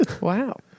Wow